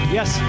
Yes